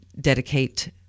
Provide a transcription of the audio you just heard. dedicate